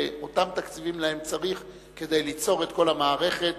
באותם תקציבים שצריך להם כדי ליצור את כל המערכת,